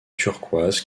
turquoise